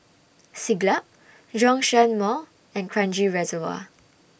Siglap Zhongshan Mall and Kranji Reservoir